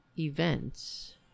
events